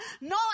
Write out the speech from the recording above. No